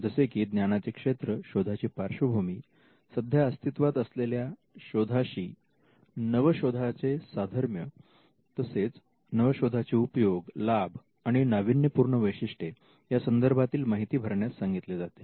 जसे की ज्ञानाचे क्षेत्र शोधाची पार्श्वभूमी सध्या अस्तित्वात असलेल्या शोधाशी नवशोधाचे साधर्म्य तसेच नवशोधाचे उपयोग लाभ आणि नाविन्यपूर्ण वैशिष्ट्ये या संदर्भातील माहिती भरण्यास सांगितले जाते